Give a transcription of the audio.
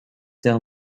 del